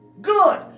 Good